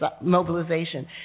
mobilization